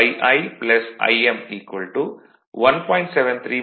73 j 36 ampere